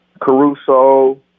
Caruso